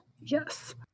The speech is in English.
Yes